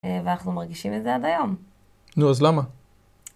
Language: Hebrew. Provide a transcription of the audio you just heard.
ואנחנו מרגישים את זה עד היום. נו, אז למה?